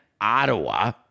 Ottawa